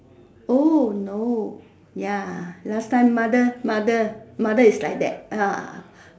oh no ya last time mother mother mother is like that